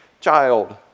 child